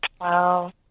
Wow